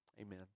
Amen